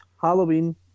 Halloween